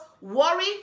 worry